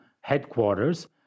headquarters